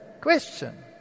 Question